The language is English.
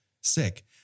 sick